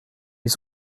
ils